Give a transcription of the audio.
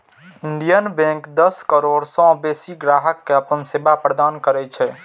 Indian bank दस करोड़ सं बेसी ग्राहक कें अपन सेवा प्रदान करै छै